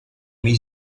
mesi